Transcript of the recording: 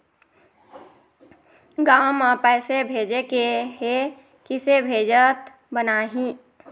गांव म पैसे भेजेके हे, किसे भेजत बनाहि?